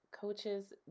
coaches